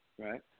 Right